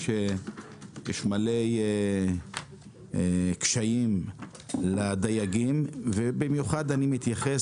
לדייגים יש הרבה קשיים ובמיוחד אני מתייחס